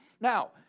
Now